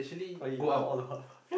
when he run all around